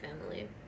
family